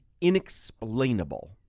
inexplainable